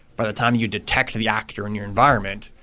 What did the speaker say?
but the time you detect the actor in your environment,